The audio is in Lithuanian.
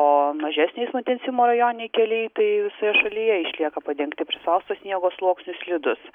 o mažesnio eismo intensyvumo rajoniniai keliai tai visoje šalyje išlieka padengti prispausto sniego sluoksniu slidūs